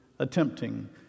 attempting